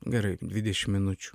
gerai dvidešim minučių